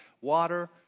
Water